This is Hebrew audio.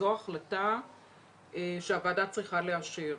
זאת החלטה שהוועדה צריכה לאשר.